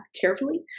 carefully